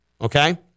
okay